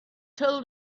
told